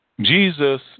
Jesus